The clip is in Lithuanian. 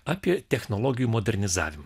apie technologijų modernizavimą